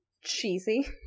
cheesy